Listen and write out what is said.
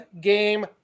game